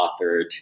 authored